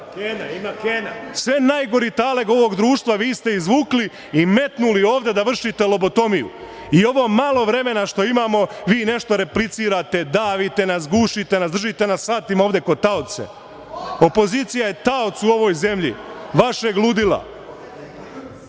najgori talog ovog društva vi ste izvukli i metnuli ovde da vršite lobotomiju i ovo malo vremena što imamo vi nešto replicirate, davite nas, gušite nas, držite nas satima ovde kao taoce. Opozicija je taoc u ovoj zemlji vašeg ludila. Vi